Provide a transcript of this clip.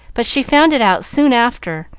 but she found it out soon after,